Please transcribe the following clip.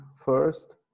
first